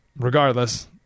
Regardless